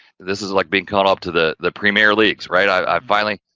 this is like being caught up to the, the premier leaks, right, i've i've finally,